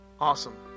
awesome